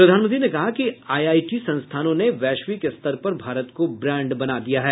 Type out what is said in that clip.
प्रधानमंत्री ने कहा कि आई आई टी संस्थानों ने वैश्विक स्तर पर भारत को ब्रांड बना दिया है